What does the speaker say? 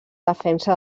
defensa